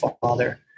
father